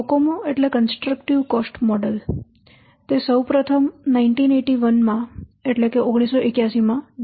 COCOMO એટલે constructive cost model તે સૌ પ્રથમ 1981 માં ડૉ